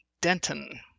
Denton